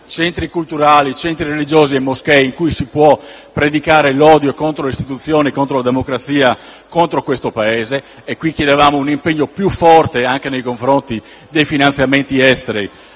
centri culturali e religiosi e moschee in cui si può predicare l'odio contro le istituzioni e la democrazia di questo Paese e al riguardo chiedevamo un impegno più forte anche nei confronti dei finanziamenti esteri